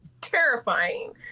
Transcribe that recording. Terrifying